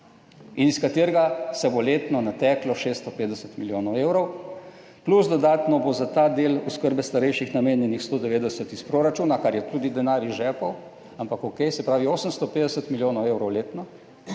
in iz katerega se bo letno nateklo 650 milijonov evrov, plus dodatno bo za ta del oskrbe starejših namenjenih 190 iz proračuna, kar je tudi denar iz žepov, ampak okej, se pravi 850 milijonov evrov letno,